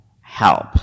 help